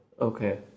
Okay